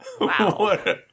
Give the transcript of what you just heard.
Wow